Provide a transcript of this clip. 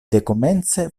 dekomence